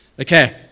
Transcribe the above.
Okay